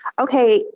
okay